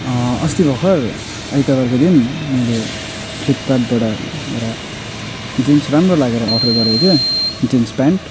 अस्ति भर्खर आइतबारको दिन मैले फ्लिपकार्टबाट एउटा जिन्स राम्रो लागेर अर्डर गरेको थिएँ जिन्स प्यान्ट